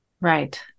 Right